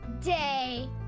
day